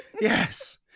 yes